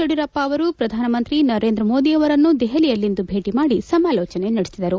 ಯಡಿಯೂರಪ್ಪ ಅವರು ಪ್ರಧಾನಮಂತ್ರಿ ನರೇಂದ್ರ ಮೋದಿ ಅವರನ್ನು ದೆಹಲಿಯಲ್ಲಿಂದು ಭೇಟಿ ಮಾಡಿ ಸಮಾಲೋಚನೆ ನಡೆಸಿದರು